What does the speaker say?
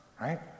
right